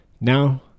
Now